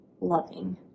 loving